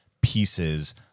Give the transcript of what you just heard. pieces